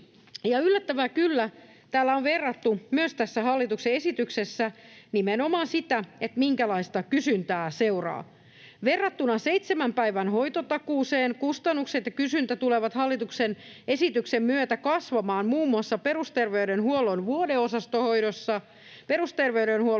Yllättävää kyllä, täällä on verrattu myös tässä hallituksen esityksessä nimenomaan sitä, minkälaista kysyntää seuraa. Verrattuna seitsemän päivän hoitotakuuseen kustannukset ja kysyntä tulevat hallituksen esityksen myötä kasvamaan muun muassa perusterveydenhuollon vuodeosastohoidossa, perusterveydenhuollon